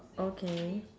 okay